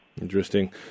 Interesting